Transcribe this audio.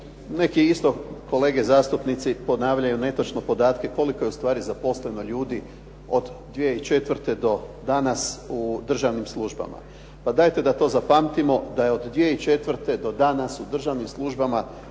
neki isto kolege zastupnici ponavljaju netočno podatke koliko je ustvari zaposleno ljudi od 2004. do danas u državnim službama pa dajte da to zapamtimo da je od 2004. do danas u državnim službama